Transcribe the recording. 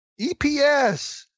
EPS